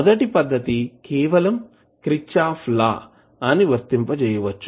మొదటి పద్దతి కేవలం క్రిచ్ఛాప్ లా Kirchhoff's Lawని వర్తింపజేయవచ్చు